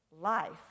Life